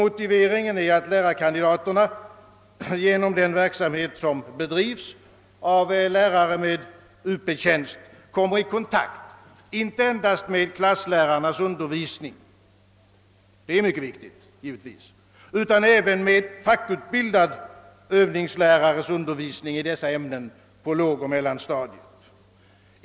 Motiveringen är att lärarkandidaterna genom den verksamhet som bedrivs av lärare med Up-tjänster kommer i kontakt inte endast med klasslärarnas undervisning — det är givetvis mycket viktigt — utan även med fackutbildade övningslärares undervisning i dessa ämnen på lågoch mellanstadiet.